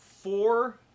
four